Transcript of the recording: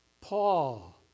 Paul